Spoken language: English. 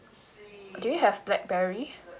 do you have blackberry